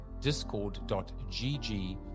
discord.gg